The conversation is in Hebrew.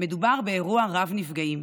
מדובר באירוע רב נפגעים.